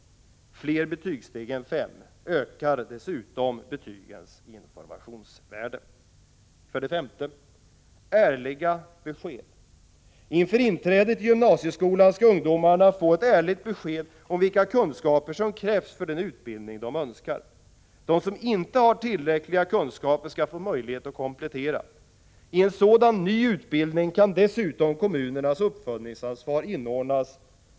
Fler betygssteg än fem ökar dessutom betygens informationsvärde. 5. Ärliga besked. Inför inträdet i gymnasieskolan skall ungdomarna få ett ärligt besked om vilka kunskaper som krävs för den utbildning de önskar. De som inte har tillräckliga kunskaper skall få möjlighet att komplettera. I en sådan ny utbildning kan dessutom kommunernas uppföljningsansvar inordnas.